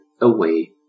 away